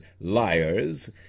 liars